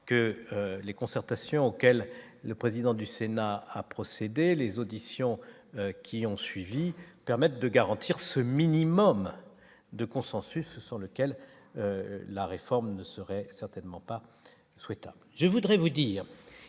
que les concertations auxquelles le président du Sénat, a procédé, les auditions qui ont suivi, permettent de garantir ce minimum de consensus sur lequel la réforme ne serait certainement pas souhaitable,